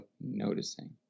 noticing